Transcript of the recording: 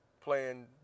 playing